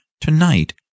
tonight